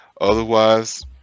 Otherwise